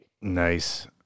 Nice